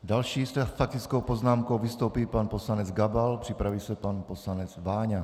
Další s faktickou poznámkou vystoupí pan poslanec Gabal, připraví se pan poslanec Váňa.